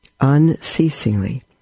unceasingly